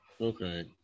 Okay